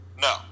No